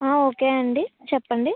ఆ ఓకే అండి చెప్పండి